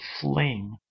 flame